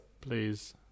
Please